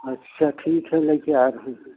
अच्छा ठीक है लैके आ रहे हैं